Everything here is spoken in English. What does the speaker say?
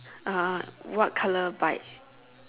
uh what color bike